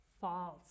false